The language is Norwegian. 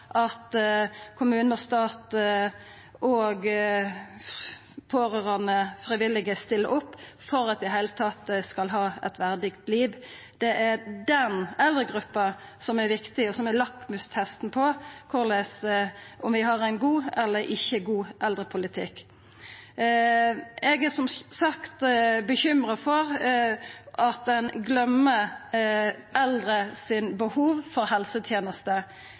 at kommune, stat, pårørande og frivillige stiller opp for at dei i det heile tatt skal kunna ha eit verdig liv, som er viktig, og som er lakmustesten på om vi har ein god eldrepolitikk eller ikkje. Eg er som sagt bekymra for at ein gløymer behova dei eldre har for helsetenester.